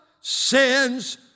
sins